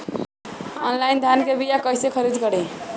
Online धान के बीया कइसे खरीद करी?